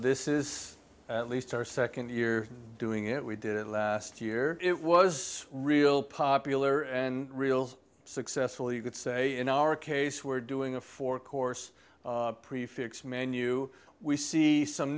this is at least our second year doing it we did it last year it was real popular and real successful you could say in our case we're doing a four course prefixed menu we see some